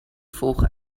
volgen